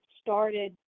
started